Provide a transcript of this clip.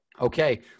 Okay